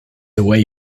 away